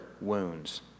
wounds